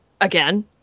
again